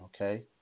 okay